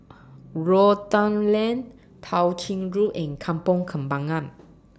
Rotan Lane Tao Ching Road and Kampong Kembangan